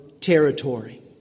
territory